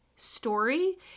story